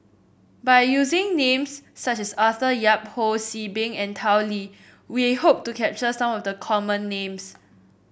by using names such as Arthur Yap Ho See Beng and Tao Li we hope to capture some of the common names